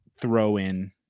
throw-in